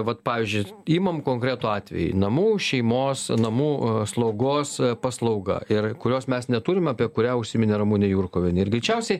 vat pavyzdžiui imam konkretų atvejį namų šeimos namų slaugos paslauga ir kurios mes neturim apie kurią užsiminė ramunė jurkuvienė ir greičiausiai